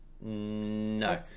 No